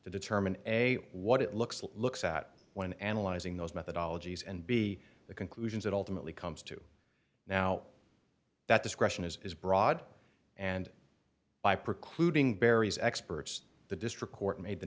to determine a what it looks looks at when analyzing those methodology s and b the conclusions that ultimately comes to now that discretion is broad and by precluding barry's experts the district court made the